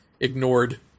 ignored